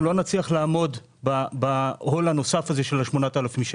אנחנו לא נצליח לעמוד בעול הנוסף הזה של ה-8,000 ₪.